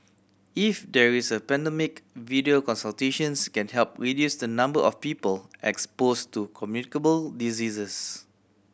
if there is a pandemic video consultations can help reduce the number of people expose to communicable diseases